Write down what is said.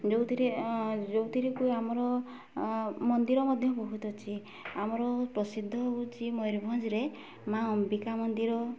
ଯେଉଁଥିରେ ଯେଉଁଥିରେ ଆମର ମନ୍ଦିର ମଧ୍ୟ ବହୁତ ଅଛି ଆମର ପ୍ରସିଦ୍ଧ ହେଉଛି ମୟୂରଭଞ୍ଜରେ ମା' ଅମ୍ବିକା ମନ୍ଦିର